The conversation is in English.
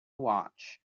watch